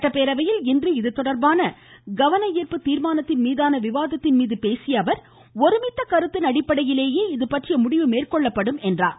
சட்டப்பேரவையில் இன்று இதுதொடா்பான கவனா்ப்பு தீர்மானத்தின் மீதான விவாதத்தில் பேசிய அவர் ஒருமித்த கருத்தின் அடிப்படையிலேயே இதுபற்றிய முடிவு மேற்கொள்ளப்படும் என்றார்